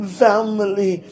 family